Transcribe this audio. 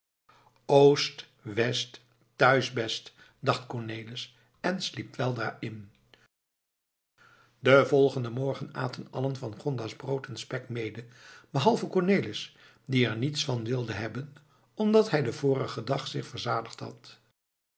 west thuis best dacht cornelis en sliep weldra in den volgenden morgen aten allen van gonda's brood en spek mede behalve cornelis die er niets van wilde hebben omdat hij den vorigen dag zich verzadigd had